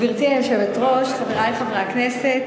גברתי היושבת-ראש, חברי חברי הכנסת,